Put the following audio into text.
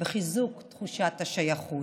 וחיזוק תחושת השייכות.